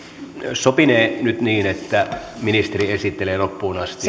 sopinee nyt niin että ministeri esittelee loppuun asti